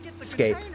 escape